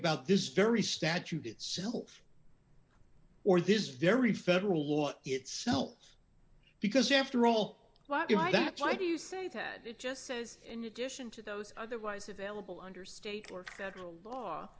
about this very statute itself or this very federal law itself because after all why give that's why do you say that it just says in addition to those otherwise available under state or federal law